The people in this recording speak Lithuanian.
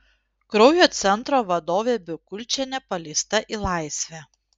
kraujo centro vadovė bikulčienė paleista į laisvę